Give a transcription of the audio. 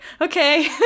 okay